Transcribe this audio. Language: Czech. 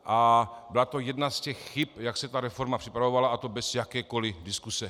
A byla to jedna z těch chyb, jak se ta reforma připravovala, a to bez jakékoli diskuse.